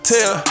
Tell